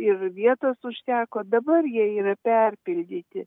ir vietos užteko dabar jie yra perpildyti